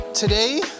Today